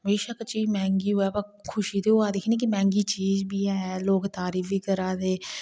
बे शक चीज मैंहगी होऐ पर खुशी ते होआ दी ही ना कि मैंहगी चीज बी ऐ लोक तारीफ बी करा दे